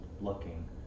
looking